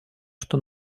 что